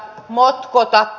motkotatte